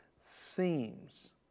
seems